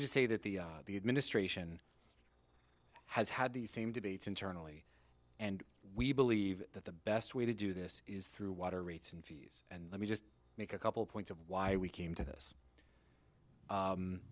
n to say that the administration has had these same debates internally and we believe that the best way to do this is through water rates and fees and let me just make a couple points of why we came to this